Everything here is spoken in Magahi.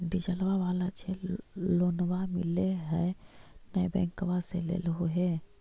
डिजलवा वाला जे लोनवा मिल है नै बैंकवा से लेलहो हे?